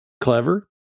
clever